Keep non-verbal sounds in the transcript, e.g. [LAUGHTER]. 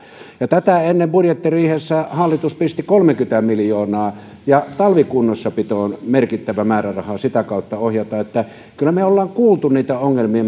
tätä ennen budjettiriihessä hallitus pisti kolmekymmentä miljoonaa ja talvikunnossapitoon ohjataan merkittävä määräraha sitä kautta kyllä me olemme kuulleet niitä ongelmia [UNINTELLIGIBLE]